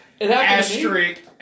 Asterisk